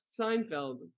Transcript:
Seinfeld